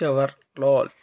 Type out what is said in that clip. Chevrolet